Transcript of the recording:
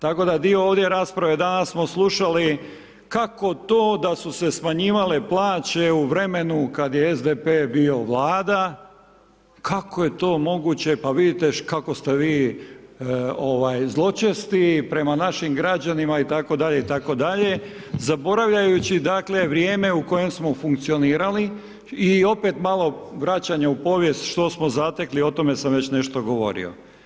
Tako da dio ovdje rasprave danas smo slušali kako to da su se smanjivale plaće u vremenu kad je SDP bio Vlada, kako je to moguće, pa vidite kako ste vi, ovaj, zločesti prema našim građanima itd., zaboravljavajući, dakle, vrijeme u kojem smo funkcionirali i opet malo vraćanja u povijest, što smo zatekli, o tome sam već nešto govorio.